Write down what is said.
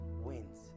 wins